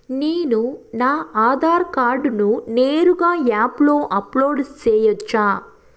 నేను నా ఆధార్ కార్డును నేరుగా యాప్ లో అప్లోడ్ సేయొచ్చా?